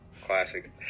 classic